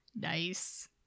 nice